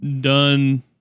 done